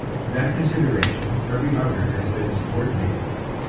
to that consideration every other has been subordinated.